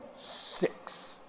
six